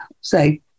say